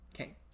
Okay